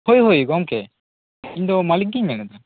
ᱦᱚᱭ ᱦᱚᱭ ᱜᱚᱝᱠᱮ ᱤᱧᱫᱚ ᱢᱟᱞᱤᱠ ᱜᱤᱧ ᱢᱮᱱᱮᱫᱟ